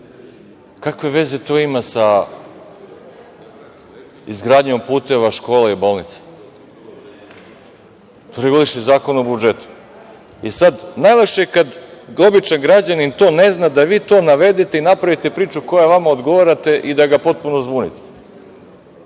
Kakve veze to ima sa izgradnjom puteva, škola i bolnica? To reguliše Zakon o budžetu.I sad, najlakše je kad običan građanin to ne zna, da vi to navedete i napravite priču koja vama odgovara i da ga potpuno zbunite.